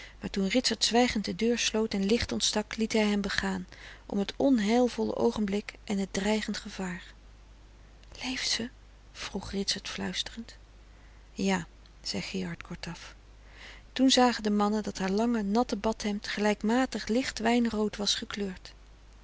maar toen ritsert zwijgend de deur sloot en licht ontstak liet hij hem begaan om t onheilvolle oogenblik en t dreigend gevaar leeft ze vroeg ritsert fluisterend ja zei gerard kortaf toen zagen de mannen dat haar lange natte badhemd gelijkmatig licht wijnrood was gekleurd